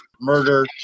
murder